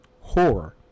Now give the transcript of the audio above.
horror